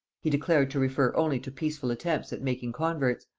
he declared to refer only to peaceful attempts at making converts,